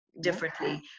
differently